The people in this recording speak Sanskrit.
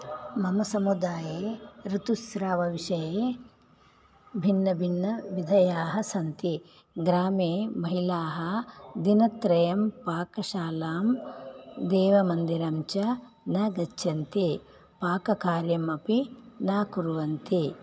मम समुदाये ऋतुस्रावविषये भिन्नभिन्नविधयः सन्ति ग्रामे महिलाः दिनत्रयं पाकशालां देवमन्दिरं च न गच्छन्ति पाककार्यमपि न कुर्वन्ति